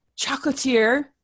chocolatier